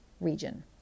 region